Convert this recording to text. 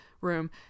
room